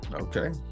okay